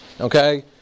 okay